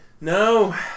No